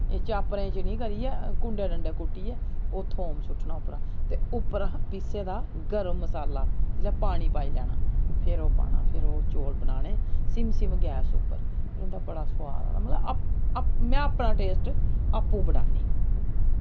एह् चाप्परै च निं करियै कुंडे डंडे च कुट्टियै ओह् थोम सु'ट्टना उप्परा ते उप्परा पीह्ते दा गर्म मसाला जां पानी पाई लैना फ्ही ओह् पाना फ्ही ओह् चौल बनाने सिम सिम गैस उप्पर ओह्दा बड़ा सोआद मतलब अपना में अपना टेस्ट आपूं बनान्नी